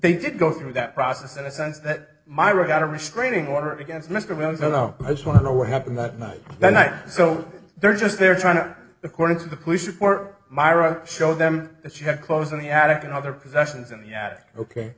they did go through that process in the sense that myra got a restraining order against mr wells no no i just want to know what happened that night that night so they're just they're trying to according to the police report myra show them that she had clothes in the attic and other possessions and yet ok